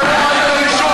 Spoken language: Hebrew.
אני אתן לה.